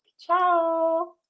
Ciao